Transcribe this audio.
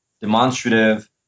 demonstrative